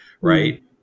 Right